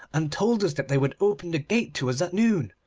and told us that they would open the gate to us at noon,